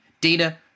Dina